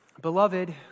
beloved